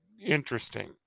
interesting